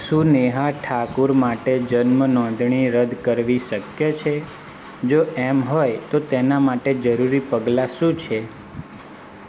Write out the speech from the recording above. શું નેહા ઠાકુર માટે જન્મ નોંધણી રદ્દ કરવી શક્ય છે જો એમ હોય તો તેના માટે જરૂરી પગલાં શું છે